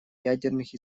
ядерных